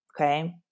Okay